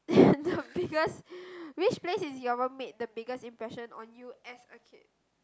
the biggest which place is made the biggest impression on you as a kid